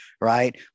right